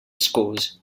scores